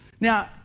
Now